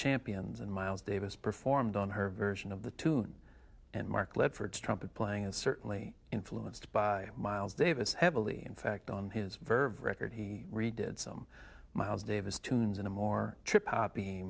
champions and miles davis performed on her version of the tune and mark led her to trumpet playing and certainly influenced by miles davis heavily in fact on his verb record he did some miles davis tunes in a more trip popp